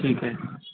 ٹھیک ہے